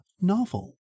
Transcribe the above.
novel